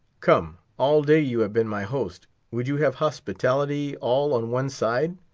come, all day you have been my host would you have hospitality all on one side?